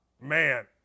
Man